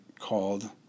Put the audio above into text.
called